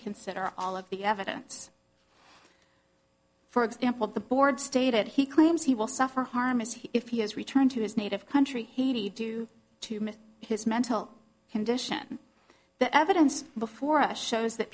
consider all of the evidence for example the board stated he claims he will suffer harm as he if he is returned to his native country he do to his mental condition the evidence before us shows that